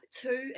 two